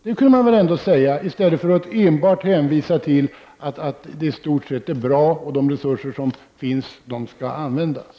Det kunde de väl ändå säga i stället för att enbart hänvisa till att det i stort sett är bra och att de resurser som finns skall användas.